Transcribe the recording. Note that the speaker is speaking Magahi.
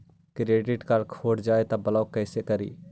क्रेडिट कार्ड खो जाए तो ब्लॉक कैसे करी?